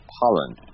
pollen